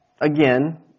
again